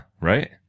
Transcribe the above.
right